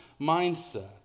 mindset